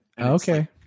Okay